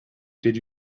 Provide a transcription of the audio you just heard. did